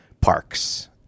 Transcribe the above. parks